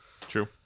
True